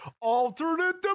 Alternate